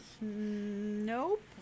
Nope